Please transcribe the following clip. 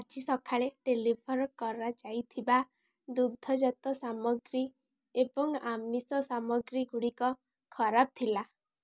ଆଜି ସକାଳେ ଡେଲିଭର୍ କରାଯାଇଥିବା ଦୁଗ୍ଧଜାତ ସାମଗ୍ରୀ ଏବଂ ଆମିଷ ସାମଗ୍ରୀଗୁଡ଼ିକ ଖରାପ ଥିଲା